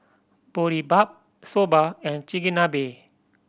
Boribap Soba and Chigenabe